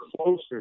closer